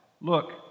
Look